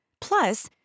plus